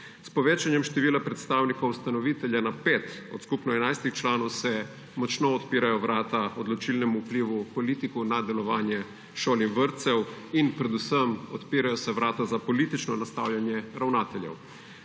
S povečanjem števila predstavnikov ustanovitelja na 5 od skupno 11 članov se močno odpirajo vrata odločilnemu vplivu politikov na delovanje šol in vrtcev in predvsem se odpirajo vrata za politično nastavljanje ravnateljev.